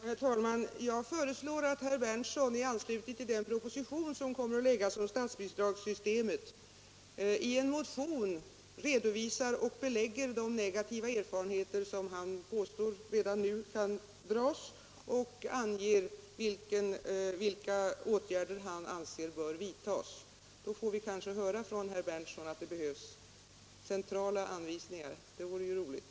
Herr talman! Jag föreslår att herr Berndtson i anslutning till den proposition, som kommer att framläggas om statsbidragssystemet, i en motion redovisar och belägger de negativa erfarenheter som han påstår redan nu har gjorts samt anger vilka åtgärder han anser bör vidtas. Då får vi kanske höra från herr Berndtson att det behövs centrala anvisningar, och det vore ju roligt.